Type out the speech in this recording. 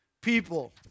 people